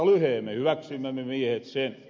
me hyväksyimme me miehet sen